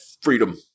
freedom